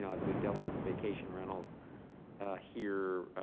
yeah as we dealt with vacation rentals here